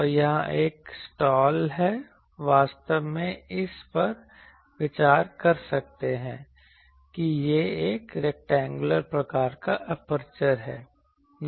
और यहां एक स्लॉट है वास्तव में हम इस पर विचार कर सकते हैं कि यह एक रैक्टेंगुलर प्रकार का एपर्चर है